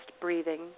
breathing